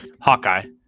Hawkeye